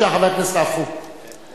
חבר הכנסת עפו, בבקשה.